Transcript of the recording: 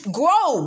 grow